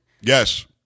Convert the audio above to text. Yes